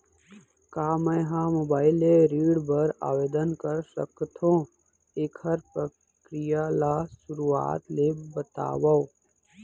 का मैं ह मोबाइल ले ऋण बर आवेदन कर सकथो, एखर प्रक्रिया ला शुरुआत ले बतावव?